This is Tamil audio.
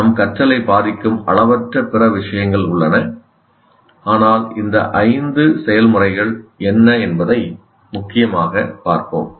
நம் கற்றலை பாதிக்கும் அளவற்ற பிற விஷயங்கள் உள்ளன ஆனால் இந்த ஐந்து செயல்முறைகள் என்ன என்பதை முக்கியமாக பார்ப்போம்